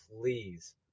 please